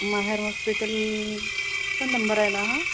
माहेर हॉस्पिटलचा नंबर आहे ना हा